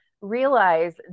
realize